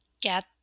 get